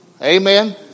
Amen